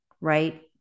right